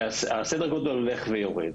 וסדר הגודל הולך ויורד.